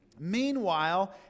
Meanwhile